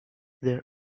there